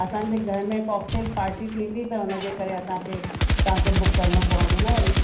असांजे घर में कॉकटेल पार्टी थींदी त हुनजे करे असांखे तव्हांखे बुक करिणो पवंदो न वरी